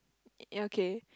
ya okay